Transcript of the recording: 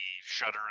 shutter